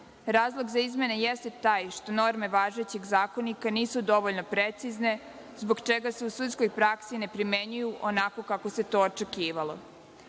Razlog za izmene jeste taj što norme važećeg Zakonika nisu dovoljno precizne zbog čega se u sudskoj praksi ne primenjuju onako kako se to očekivalo.